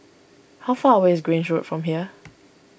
how far away is Grange Road from here